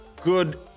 good